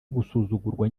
gusuzugurwa